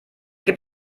gibt